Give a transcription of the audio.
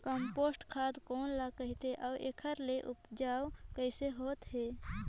Compost खाद कौन ल कहिथे अउ एखर से उपजाऊ कैसन होत हे?